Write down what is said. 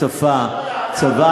אתה צודק.